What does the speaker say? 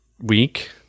week